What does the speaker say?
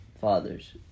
Fathers